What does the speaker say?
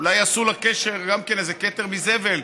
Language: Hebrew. אולי יעשו לה גם כן איזה כתר מזבל,